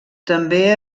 també